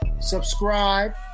subscribe